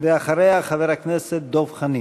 ואחריה, חבר הכנסת דב חנין.